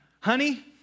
Honey